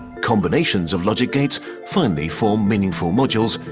combinations of logic gates finally form meaningful modules,